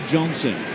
Johnson